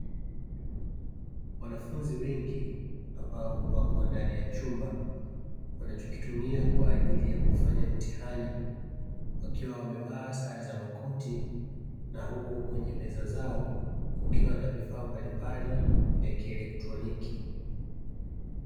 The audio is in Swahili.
Wanafunzi wengi ambao wapo ndani ya chumba ambacho wanakitumia kwa ajili ya kufanya mitihani, wakiwa wamevaa sare za makoti na huku meza zao kukiwa na vifaa mbalimbali vya kielektroniki.